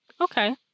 okay